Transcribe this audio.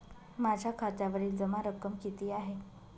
माझ्या खात्यावरील जमा रक्कम किती आहे?